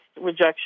rejection